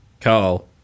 Carl